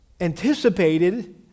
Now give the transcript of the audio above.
anticipated